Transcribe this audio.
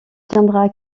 tiendra